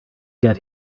get